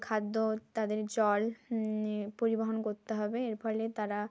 খাদ্য তাদের জল পরিবহন করতে হবে এর ফলে তারা